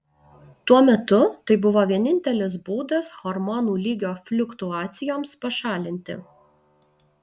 tuo metu tai buvo vienintelis būdas hormonų lygio fliuktuacijoms pašalinti